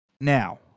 Now